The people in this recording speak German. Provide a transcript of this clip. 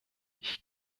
ich